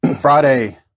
Friday